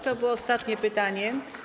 To było ostatnie pytanie.